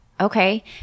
Okay